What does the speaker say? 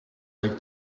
like